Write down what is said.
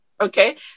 Okay